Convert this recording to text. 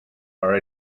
are